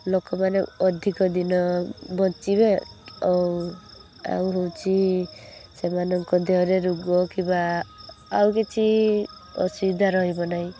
ଲୋକମାନେ ଅଧିକ ଦିନ ବଞ୍ଚିବେ ଆଉ ଆଉ ହଉଛି ସେମାନଙ୍କ ଦେହରେ ରୋଗ କିବା ଆଉ କିଛି ଅସୁବିଧା ରହିବ ନାହିଁ